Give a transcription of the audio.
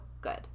good